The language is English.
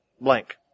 blank